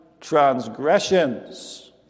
transgressions